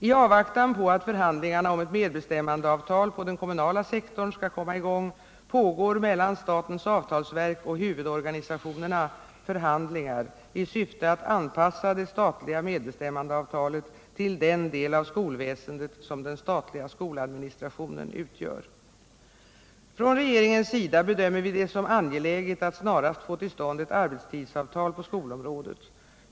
I avvaktan på att förhandlingarna om ett medbestämmandeavtal på den kommunala sektorn skall komma i gång pågår mellan statens avtalsverk och huvudorganisationerna förhandlingar i syfte att anpassa det statliga medbestämmandeavtalet till den del av skolväsendet som den statliga skoladministrationen utgör. Från regeringens sida bedömer vi det som angeläget att snarast få till stånd ett arbetstidsavtal på skolområdet.